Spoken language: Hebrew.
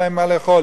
אין להם מה לאכול,